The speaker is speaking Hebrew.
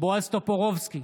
בועז טופורובסקי,